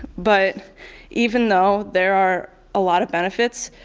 but even though there are a lot of benefits